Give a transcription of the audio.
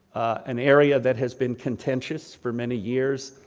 an area that has been contentious for many years,